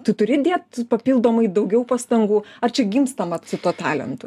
tu turi įdėt papildomai daugiau pastangų ar čia gimstama su tuo talentu